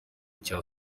cya